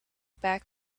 back